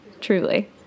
truly